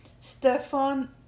Stefan